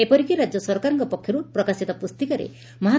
ଏପରିକି ରାଜ୍ୟ ସରକାରଙ୍କ ପକ୍ଷରୁ ପ୍ରକାଶିତ ପୁଞ୍ତିକାରେ ମହାମ୍